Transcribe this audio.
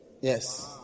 Yes